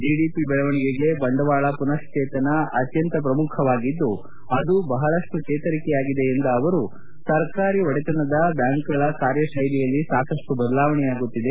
GDP ದೆಳವಣಿಗೆಗೆ ಬಂಡವಾಳ ಪುನಃಶ್ಲೇತನ ಅತ್ಯಂತ ಪ್ರಮುಖವಾಗಿದ್ದು ಅದು ಬಹಳಷ್ಟು ಚೇತರಿಕೆಯಾಗಿದೆ ಎಂದ ಅವರು ಸರ್ಕಾರಿ ಒಡೆತನದ ಬ್ಯಾಂಕುಗಳ ಕಾರ್ಹತ್ವೆಲಿಯಲ್ಲಿ ಸಾಕಷ್ಟು ಬದಲಾವಣೆಯಾಗುತ್ತಿದೆ